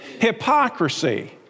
Hypocrisy